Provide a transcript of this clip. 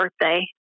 birthday